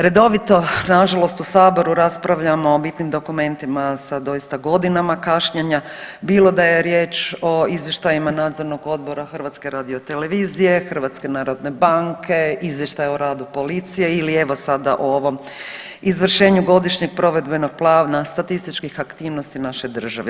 Redovito nažalost u saboru raspravljamo o bitnim dokumentima sa doista godinama kašnjenja, bilo da je riječ o izvještajima Nadzornog odbora HRT-a, HNB-a, izvještaja o radu policije ili evo sada o ovom Izvješće o izvršenju Godišnjeg provedbenog plana statističkih aktivnosti naše države.